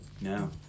No